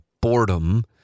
boredom